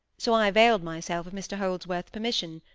so i availed myself of mr holdsworth's permission,